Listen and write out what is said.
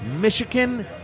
Michigan